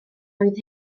oedd